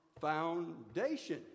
foundation